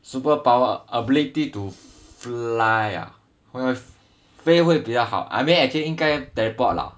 superpower ability to fly ah 飞会比较好 I mean actually 应该 teleport lah